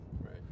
Right